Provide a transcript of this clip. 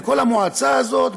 בכל המועצה הזאת,